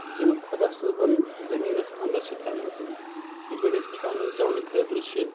یِم خۄدا صٲبَن زٔمیٖنَس اَنٛدَر چھِ تھایمَژ یِتھ پٲٹھۍ أسۍ کھٮ۪وُن چٮ۪ونہٕ خٲطرٕ چھِ